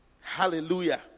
Hallelujah